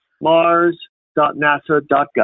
mars.nasa.gov